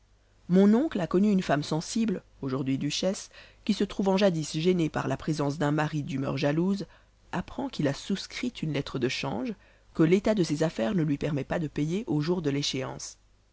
mon oncle a connu une femme sensible aujourd'hui duchesse qui se trouvant jadis gênée par la présence d'un mari d'humeur jalouse apprend qu'il a souscrit une lettre de change que l'état de ses affaires ne lui permet pas de payer au jour de l'échéance